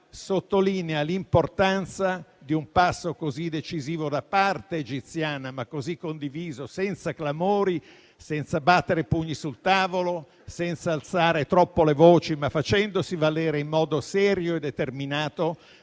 sottolinea l'importanza di un passo da parte egiziana così decisivo, ma così condiviso, senza clamori, senza battere pugni sul tavolo, senza alzare troppo le voci, ma facendosi valere in modo serio e determinato